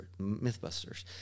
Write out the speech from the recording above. Mythbusters